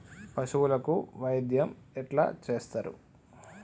పశువులకు వైద్యం ఎట్లా చేత్తరు?